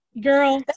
girl